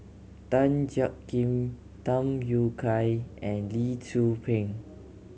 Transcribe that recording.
Tan Jiak Kim Tham Yui Kai and Lee Tzu Pheng